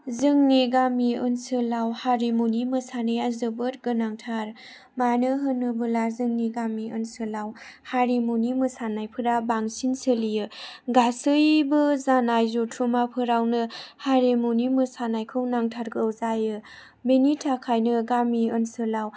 जोंनि गामि ओनसोलाव हारिमुनि मोसानाया जोबोद गोनांथार मानो होनोब्ला जोंनि गामि ओनसोलाव हारिमुनि मोसानायफोरा बांसिन सोलियो गासैबो जानाय जथुम्माफोरावनो हारिमुनि मोसानायखौ नांथारगौ जायो बेनि थाखायनो गामि ओनसोलाव